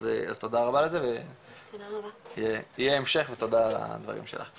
אז תודה רבה על זה ויהיה המשך ותודה על הדברים שלך.